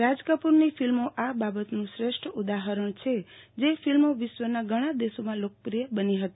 રાજકપૂરની ફિલ્મો આ બાબતનું શ્રેષ્ઠ ઉદાહરણ છે જે ફિલ્મો વિશ્વના ઘણાં દેશોમાં લોકપ્રિય બની હતી